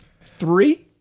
three